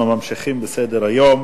אנחנו ממשיכים בסדר-היום: